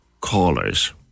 callers